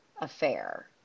affair